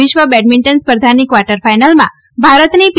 વિશ્વ બેડમિન્ટન સ્પર્ધાની કવાર્ટર ફાઈનલમાં ભારતની પી